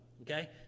okay